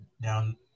down